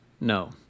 no